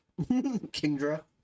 Kingdra